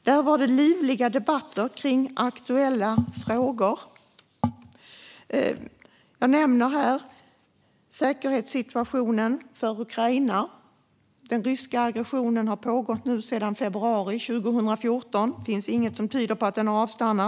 Där var det livliga debatter om aktuella frågor, till exempel säkerhetssituationen för Ukraina. Den ryska aggressionen har pågått sedan februari 2014, och det finns inget som tyder på att den har avstannat.